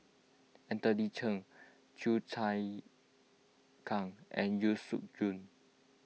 Anthony Chen Chua Chim Kang and Yeo Siak Goon